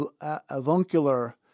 avuncular